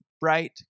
bright